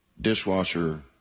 dishwasher